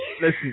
listen